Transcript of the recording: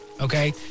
okay